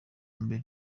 mbere